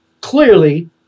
clearly